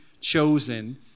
chosen